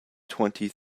twenty